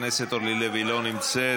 חברת הכנסת אורלי לוי, לא נמצאת.